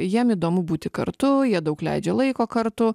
jiem įdomu būti kartu jie daug leidžia laiko kartu